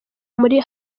muri